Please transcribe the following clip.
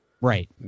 Right